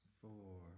four